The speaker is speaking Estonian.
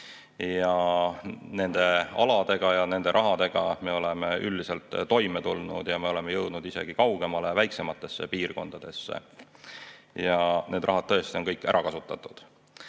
Nende aladega ja nende rahadega me oleme üldiselt toime tulnud ja me oleme jõudnud isegi kaugemale, väiksematesse piirkondadesse. Need rahad on tõesti kõik ära kasutatud.